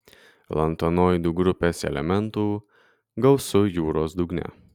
lantanoidų grupės elementų gausu jūros dugne